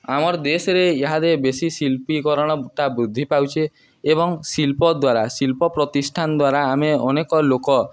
ଆମର୍ ଦେଶ୍ରେ ଇହାଦେ ବେଶୀ ଶିଳ୍ପୀକରଣଟା ବୃଦ୍ଧି ପାଉଛେ ଏବଂ ଶିଳ୍ପ ଦ୍ୱାରା ଶିଳ୍ପ ପ୍ରତିଷ୍ଠାନ୍ ଦ୍ୱାରା ଆମେ ଅନେକ ଲୋକ